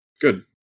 good